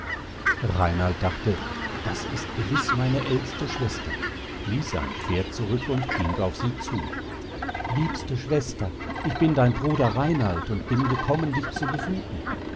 reinald dachte das ist gewiß meine ältste schwester ließ sein pferd zurück und ging auf sie zu liebste schwester ich bin dein bruder reinald und bin gekommen dich zu besuchen